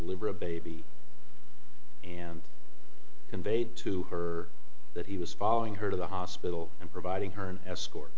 deliver a baby and conveyed to her that he was following her to the hospital and providing her an escort